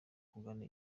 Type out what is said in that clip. kugana